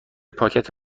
پاکت